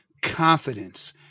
confidence